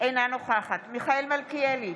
אינה נוכחת מיכאל מלכיאלי,